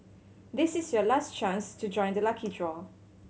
this is your last chance to join the lucky draw